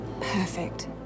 Perfect